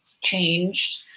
changed